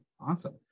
awesome